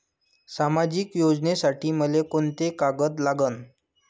सामाजिक योजनेसाठी मले कोंते कागद लागन?